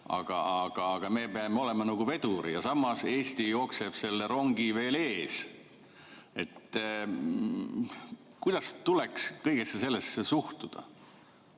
Aga me peame olema nagu vedur ja samas Eesti jookseb lausa selle rongi ees. Kuidas tuleks kõigesse sellesse suhtuda,